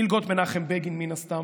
מלגות מנחם בגין, מן הסתם,